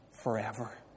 forever